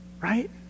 Right